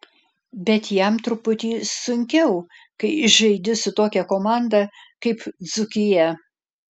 bet jam truputį sunkiau kai žaidi su tokia komanda kaip dzūkija